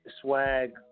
Swag